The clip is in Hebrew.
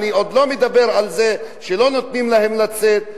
אני עוד לא מדבר על זה שלא נותנים להם לצאת,